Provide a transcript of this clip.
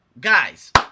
guys